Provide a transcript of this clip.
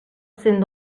cent